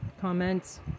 comments